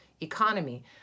economy